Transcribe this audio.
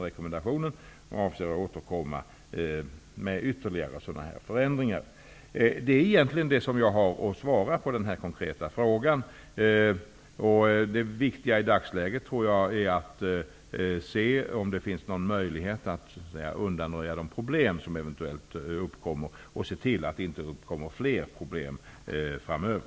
Vi avser att återkomma med ytterligare sådana här förändringar. Detta är egentligen det som jag har att svara på den konkreta frågan. I dagsläget tror jag att det viktiga är att se efter om det finns någon möjlighet att så att säga undanröja de problem som eventuellt uppkommer och att se till att det inte uppkommer fler problem framöver.